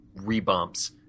rebumps